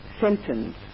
sentence